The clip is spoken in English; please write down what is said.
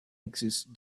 exists